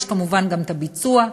יש כמובן גם הביצוע,